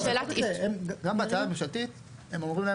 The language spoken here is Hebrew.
גם בהצעה הממשלתית הם אומרים להם,